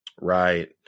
right